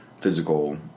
physical